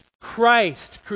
Christ